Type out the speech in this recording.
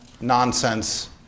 nonsense